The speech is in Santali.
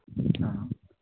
ᱚ